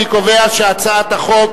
אני קובע שהצעת החוק